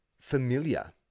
familiar